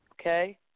Okay